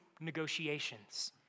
negotiations